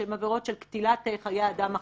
שהן עבירות של קטילת של חיי אדם אחר,